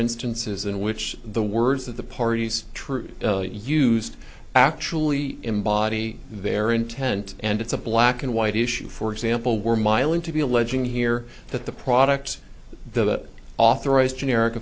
instances in which the words of the parties true used actually embody their intent and it's a black and white issue for example where mai ling to be alleging here that the product that authorized generic